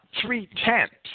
three-tenths